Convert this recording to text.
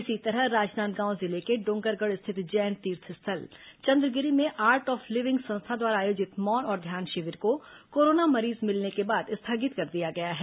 इसी तरह राजनांदगांव जिले के डोंगरगढ़ स्थित जैन तीर्थस्थल चंद्रगिरी में आर्ट ऑफ लिविंग संस्था द्वारा आयोजित मौन और ध्यान शिविर को कोरोना मरीज मिलने के बाद स्थगित कर दिया गया है